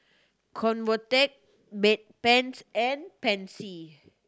Convatec Bedpans and Pansy